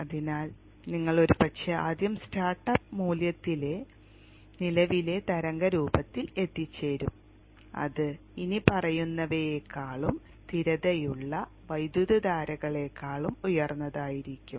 അതിനാൽ നിങ്ങൾ ഒരുപക്ഷേ ആദ്യ സ്റ്റാർട്ടപ്പ് മൂല്യത്തിൽ നിലവിലെ തരംഗ രൂപത്തിൽ എത്തിച്ചേരും അത് ഇനിപ്പറയുന്നവയെക്കാളും സ്ഥിരതയുള്ള വൈദ്യുതധാരകളേക്കാളും ഉയർന്നതായിരിക്കും